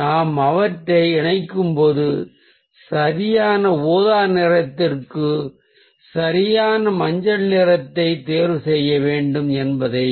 நாம் அவற்றை இணைக்கும்போது சரியான ஊதா நிறத்திற்கு சரியான மஞ்சள் நிறத்தை தேர்வு செய்ய வேண்டும் என்பதை